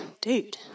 dude